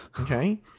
okay